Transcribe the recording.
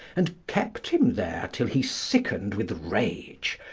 and kept him there till he sickened with rage,